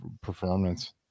performance